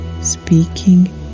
speaking